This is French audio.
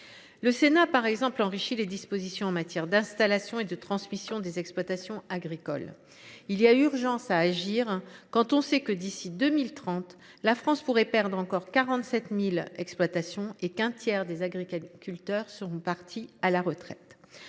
Le Sénat a par exemple enrichi les dispositions en matière d’installation et de transmission des exploitations agricoles. Il y a urgence à agir quand on sait que, d’ici à 2030, la France pourrait perdre encore 47 000 exploitations et qu’un tiers des agriculteurs seront partis à la retraite.